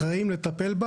אחראים לטפל בה,